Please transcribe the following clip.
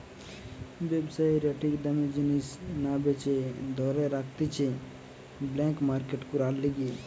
ব্যবসায়ীরা ঠিক দামে জিনিস না বেচে ধরে রাখতিছে ব্ল্যাক মার্কেট করার লিগে